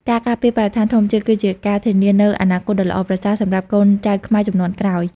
ការការពារបរិស្ថានធម្មជាតិ គឺជាការធានានូវអនាគតដ៏ល្អប្រសើរសម្រាប់កូនចៅខ្មែរជំនាន់ក្រោយ។